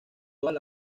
todas